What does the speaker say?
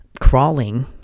Crawling